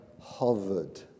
hovered